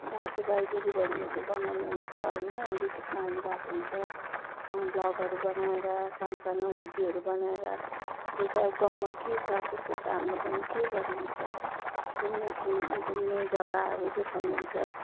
दाजुभाइ दिदीबहिनीहरूले बनाउनु हुन्छ होइन युट्युबमा हाल्नु भएको हुन्छ भ्लगहरू बनाएर सान्सानो भिडियोहरू बनाएर जो चाहिँ अब गाउँमा के छ कसो छ हाम्रो गाउँमा के गरिन्छ घुम्ने ठुम् घुम्ने जग्गाहरू देखाउनु हुन्छ